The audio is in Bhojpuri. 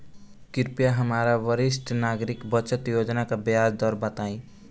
कृपया हमरा वरिष्ठ नागरिक बचत योजना के ब्याज दर बताइं